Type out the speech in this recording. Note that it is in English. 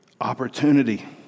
opportunity